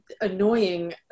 annoying